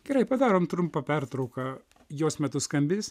gerai padarom trumpą pertrauką jos metu skambės